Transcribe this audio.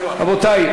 רבותי,